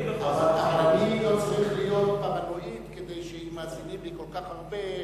אני לא צריך להיות פרנואיד כדי שאם מאזינים לי כל כך הרבה,